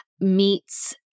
meets